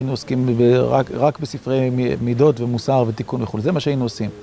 היינו עוסקים רק בספרי מידות ומוסר ותיקון וכולי, זה מה שהיינו עושים.